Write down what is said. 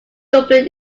dublin